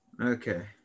okay